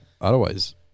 Otherwise